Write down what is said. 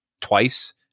twice